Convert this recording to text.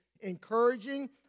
encouraging